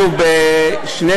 שוב, בשני